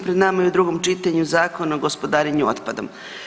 Pred nama je u drugom čitanju Zakon o gospodarenju otpadom.